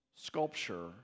sculpture